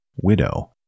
Widow